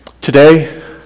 Today